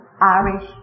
Irish